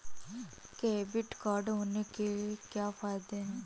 Debit card होने के क्या फायदे हैं?